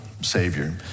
Savior